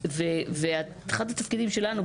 אחד התפקידים שלנו,